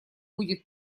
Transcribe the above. будет